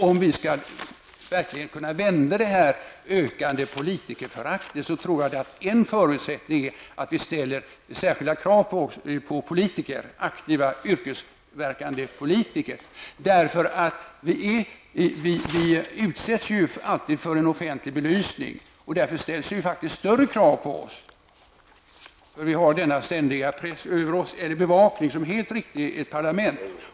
Om vi verkligen skall kunna vända det ökande politikerföraktet, tror jag att en förutsättning är att vi ställer särskilda krav på aktiva yrkesverksamma politiker. Vi utsätts ju alltid för en offentlig belysning. Därför ställs faktiskt större krav på oss. Vi har en ständig bevakning över oss, vilket är helt riktigt i ett parlament.